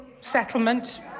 settlement